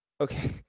Okay